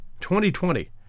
2020